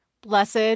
Blessed